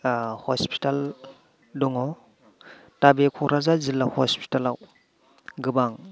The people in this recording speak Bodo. हस्पिटेल दङ दा बे क'क्राझार जिल्ला हस्पिटेलाव गोबां